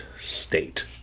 state